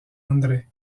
andré